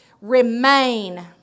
remain